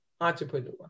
entrepreneur